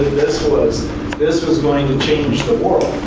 this was this was going to change the world.